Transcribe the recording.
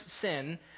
sin